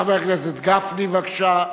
חבר הכנסת גפני, בבקשה,